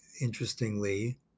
interestingly